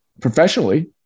professionally